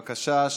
בבקשה.